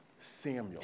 Samuel